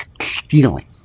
stealing